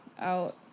out